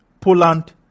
Poland